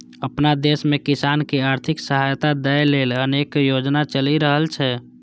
अपना देश मे किसान कें आर्थिक सहायता दै लेल अनेक योजना चलि रहल छै